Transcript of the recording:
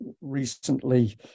recently